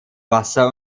wasser